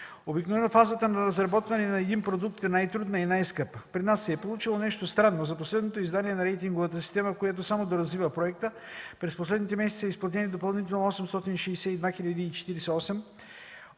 Обикновено фазата на разработване на един продукт е най-трудна и най-скъпа. При нас се е получило нещо странно – за последното издание на рейтинговата система, което само доразвива проекта, през последните месеци са изплатени допълнително 862 хил.